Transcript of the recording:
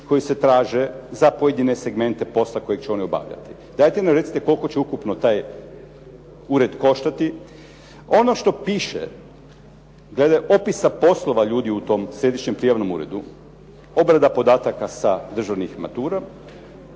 koji se traže za pojedine segmente posla kojeg će oni obavljati. Dajte nam recite koliko će ukupno taj ured koštati? Ono što piše glede opisa poslova ljudi u tom Središnjem prijamnom uredu obrada podataka sa državnih matura